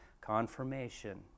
Confirmation